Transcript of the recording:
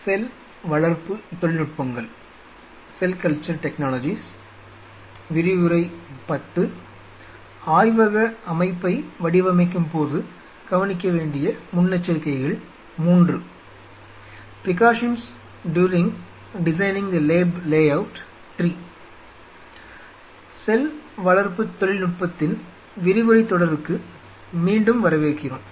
செல் வளர்ப்பு தொழில்நுட்பத்தின் விரிவுரைத் தொடருக்கு மீண்டும் வரவேற்கிறோம்